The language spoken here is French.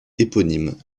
éponyme